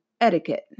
etiquette